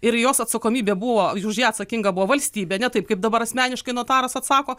ir jos atsakomybė buvo už ją atsakinga buvo valstybė ne taip kaip dabar asmeniškai notaras atsako